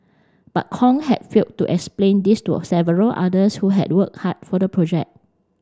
but Kong had failed to explain this to a several others who had worked hard for the project